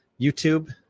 YouTube